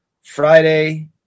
Friday